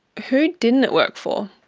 who didn't it work for?